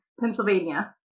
Pennsylvania